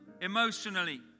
emotionally